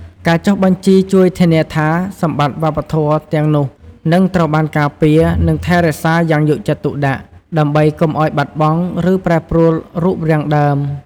ការចុះបញ្ជីជួយធានាថា សម្បត្តិវប្បធម៌ទាំងនោះនឹងត្រូវបានការពារ និងថែរក្សាយ៉ាងយកចិត្តទុកដាក់ ដើម្បីកុំឱ្យបាត់បង់ ឬប្រែប្រួលរូបរាងដើម។